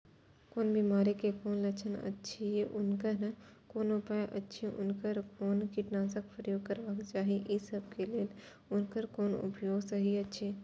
कोन बिमारी के कोन लक्षण अछि उनकर कोन उपाय अछि उनकर कोन कीटनाशक प्रयोग करबाक चाही ई सब के लेल उनकर कोन उपाय सहि अछि?